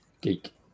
geek